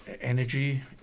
energy